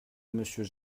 monsieur